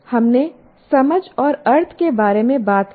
हमने समझ और अर्थ के बारे में बात की है